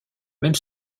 même